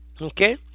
Okay